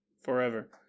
forever